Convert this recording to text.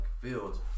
fields